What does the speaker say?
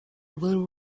will